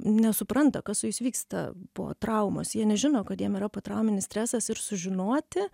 nesupranta kas su jais vyksta po traumos jie nežino kad jiem yra potrauminis stresas ir sužinoti